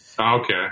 Okay